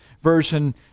Version